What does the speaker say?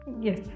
yes